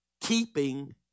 Keeping